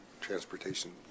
transportation